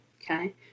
okay